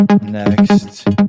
Next